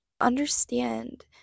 Understand